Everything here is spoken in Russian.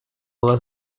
была